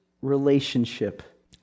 relationship